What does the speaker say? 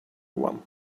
one